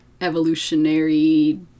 evolutionary